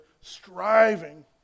Striving